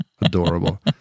Adorable